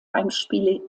heimspiele